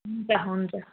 हुन्छ हुन्छ